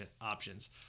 options